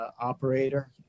operator